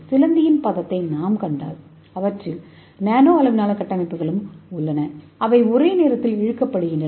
சிலந்தியின் பாதத்தை நாம் கண்டால் அவற்றில் நானோ அளவிலான கட்டமைப்புகளும் உள்ளன அவை ஒரே நேரத்தில் இழுக்கின்றன